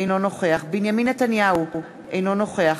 אינו נוכח בנימין נתניהו, אינו נוכח